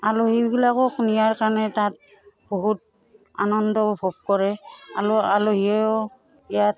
আলহীবিলাকক নিয়াৰ কাৰণে তাত বহুত আনন্দ উভোগ কৰে আলহীয়েও ইয়াত